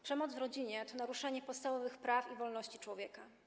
Przemoc w rodzinie to naruszenie podstawowych praw i wolności człowieka.